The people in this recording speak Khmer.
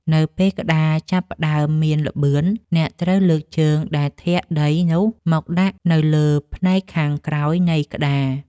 នៅពេលក្ដារចាប់ផ្ដើមមានល្បឿន អ្នកត្រូវលើកជើងដែលធាក់ដីនោះមកដាក់នៅលើផ្នែកខាងក្រោយនៃក្ដារ។